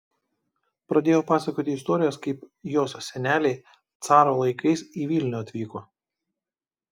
pradėjo pasakoti istorijas kaip jos seneliai caro laikais į vilnių atvyko